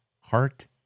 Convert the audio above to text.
heart